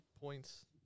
points